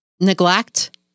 neglect